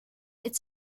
its